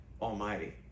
Almighty